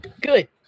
Good